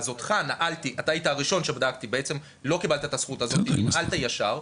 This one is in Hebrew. אז אתה היית הראשון שבדקתי ולא קיבלת את הזכות הזאת וננעלת ישר,